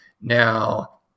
now